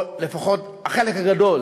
או לפחות החלק הגדול,